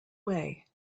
way